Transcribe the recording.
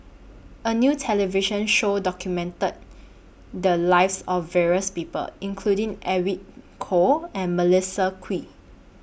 A New television Show documented The Lives of various People including Edwin Koo and Melissa Kwee